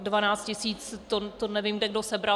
Dvanáct tisíc to nevím, kde kdo sebral.